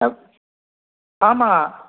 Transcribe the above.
ஆ ஆமாம்